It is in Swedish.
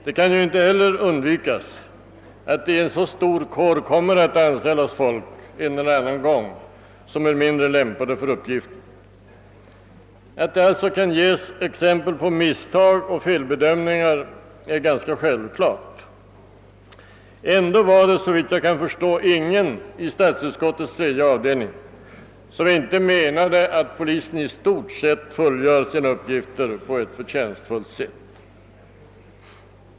Det kan inte heller undvikas att i en så stor kår kommer att anställas folk som är mindre lämpade för uppgiften. Det är alltså ganska självklart att det kan ges exempel på misstag och felbedömningar. Ändå var det, såvitt jag kan förstå, ingen av ledamöterna i utskottets tredje avdelning som inte ansåg att polisen i stort sett fullgör sina uppgifter på ett förtjänstfullt sätt.